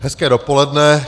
Hezké dopoledne.